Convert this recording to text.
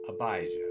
Abijah